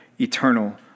eternal